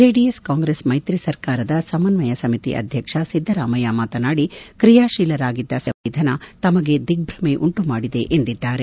JDS Congress ಮೈತ್ರಿ ಸರ್ಕಾರದ ಸಮನ್ವಯ ಸಮಿತಿ ಅಧ್ಯಕ್ಷ ಸಿದ್ದರಾಮಯ್ಯ ಮಾತನಾಡಿ ಕ್ರಿಯಾಶೀಲರಾಗಿದ್ದ ಸ್ವಾಮೀಜಿ ಅವರ ನಿಧನ ತಮಗೆ ದಿಗ್ಬಮೆ ಉಂಟುಮಾಡಿದೆ ಎಂದಿದ್ದಾರೆ